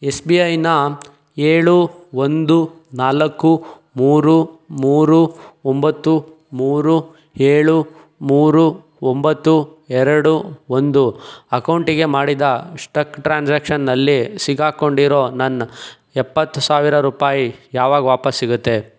S B ಐನ ಏಳು ಒಂದು ನಾಲ್ಕು ಮೂರು ಮೂರು ಒಂಬತ್ತು ಮೂರು ಏಳು ಮೂರು ಒಂಬತ್ತು ಎರಡು ಒಂದು ಅಕೌಂಟಿಗೆ ಮಾಡಿದ ಸ್ಟಕ್ ಟ್ರ್ಯಾನ್ಸಾಕ್ಷನ್ನಲ್ಲಿ ಸಿಕ್ಕಾಕೊಂಡಿರೋ ನನ್ನ ಎಪ್ಪತ್ತು ಸಾವಿರ ರೂಪಾಯಿ ಯಾವಾಗ ವಾಪಸ್ಸು ಸಿಗುತ್ತೆ